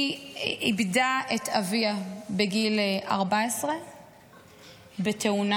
היא איבדה את אביה בגיל 14 בתאונה,